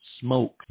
Smoke